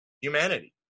humanity